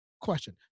question